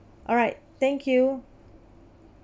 alright thank you